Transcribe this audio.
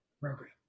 program